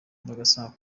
bagasanga